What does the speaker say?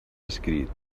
adscrit